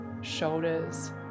shoulders